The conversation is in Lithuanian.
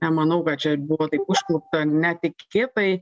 nemanau kad čia buvo taip užklupta netikėtai